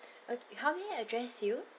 o~ how may I address you